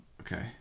okay